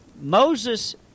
Moses